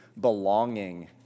belonging